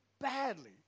badly